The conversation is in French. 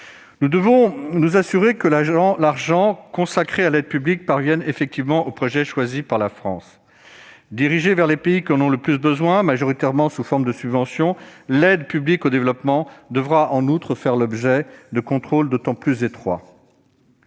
Nous devons nous assurer que l'argent consacré à l'aide publique parvient effectivement aux projets choisis par la France. Dirigée vers les pays qui en ont le plus besoin, majoritairement sous forme de subventions, l'aide publique au développement devra en outre faire l'objet de contrôles d'autant plus étroits.